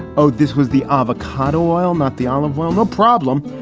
oh, this was the avocado oil, not the olive oil. no problem.